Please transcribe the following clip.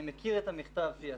אני מכיר את המכתב שיצא